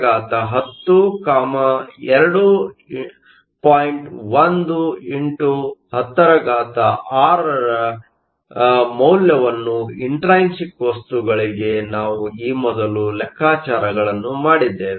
1 x 106 ಗಳ ಮೌಲ್ಯವನ್ನು intrinsic ವಸ್ತುಗಳಿಗೆ ನಾವು ಈ ಮೊದಲು ಲೆಕ್ಕಾಚಾರಗಳನ್ನು ಮಾಡಿದ್ದೇವೆ